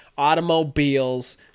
automobiles